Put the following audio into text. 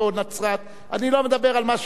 אני לא מדבר על מה שאמר ראש העיר נצרת.